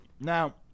Now